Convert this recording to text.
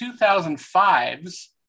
2005's